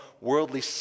worldly